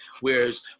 whereas